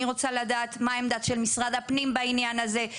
אני רוצה לדעת מה העמדה של משרד הפנים בעניין הזה,